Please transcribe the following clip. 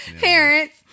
parents